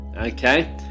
Okay